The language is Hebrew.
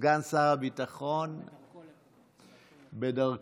סגן שר הביטחון בדרכו,